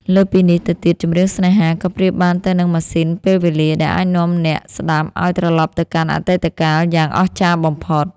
លើសពីនេះទៅទៀត ចម្រៀងស្នេហា ក៏ប្រៀបបានទៅនឹងម៉ាស៊ីនពេលវេលាដែលអាចនាំអ្នកស្ដាប់ឱ្យត្រឡប់ទៅកាន់អតីតកាលយ៉ាងអស្ចារ្យបំផុត។